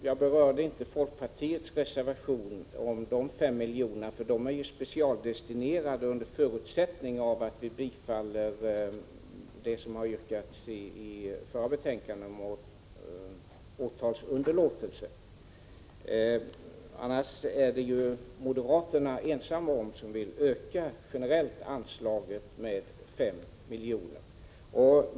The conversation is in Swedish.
Jag berörde inte folkpartiets reservation om 5 milj.kr. därför att dessa pengar är specialdestinerade under förutsättning att kammaren bifaller vad som yrkats i betänkandet om åtalsunderlåtelse. Moderaterna är ensamma om att vilja generellt öka anslaget med 5 miljoner.